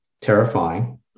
terrifying